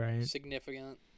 significant